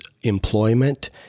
employment